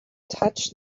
touched